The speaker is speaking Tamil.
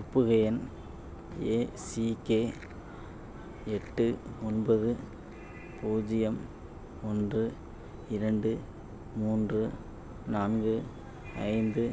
ஒப்புகை எண் ஏ சி கே எட்டு ஒன்பது பூஜ்ஜியம் ஒன்று இரண்டு மூன்று நான்கு ஐந்து